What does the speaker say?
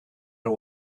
her